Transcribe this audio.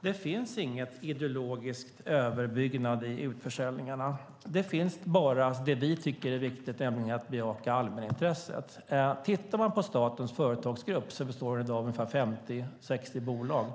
Det finns ingen ideologisk överbyggnad i utförsäljningarna. Det finns bara det vi tycker är viktigt, nämligen att bejaka allmänintresset. Tittar man på statens företagsgrupp ser man att den i dag består av ungefär 50-60 bolag.